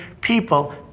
people